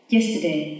Yesterday